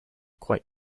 quite